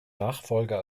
nachfolger